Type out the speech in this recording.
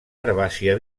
herbàcia